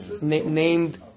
named